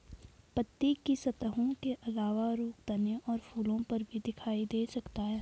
पत्ती की सतहों के अलावा रोग तने और फूलों पर भी दिखाई दे सकता है